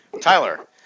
Tyler